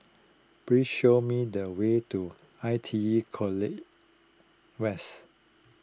please show me the way to I T E College West